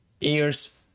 ears